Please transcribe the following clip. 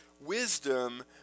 wisdom